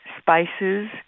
spices